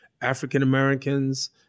African-Americans